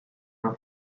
una